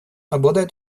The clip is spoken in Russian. обладает